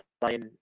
playing